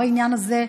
בעניין הזה,